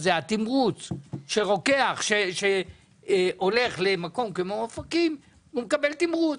כך שרוקח שהולך למקום כמו אופקים יקבל תמרוץ.